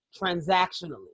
transactionally